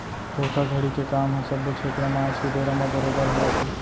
धोखाघड़ी के काम ह सब्बो छेत्र म आज के बेरा म बरोबर होवत हे